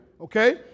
okay